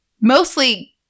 mostly